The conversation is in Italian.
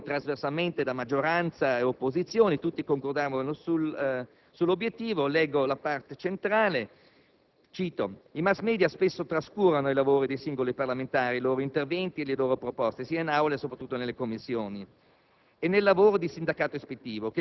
oltre cento senatori di maggioranza e opposizione, che concordavano sull'obiettivo. In esso si dice che i *mass media* spesso trascurano i lavori dei singoli parlamentari, i loro interventi e le loro proposte, sia in Aula e soprattutto nelle Commissioni,